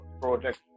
project